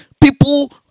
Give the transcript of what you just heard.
People